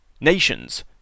Nations